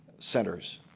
centers.